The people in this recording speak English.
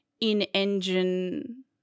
in-engine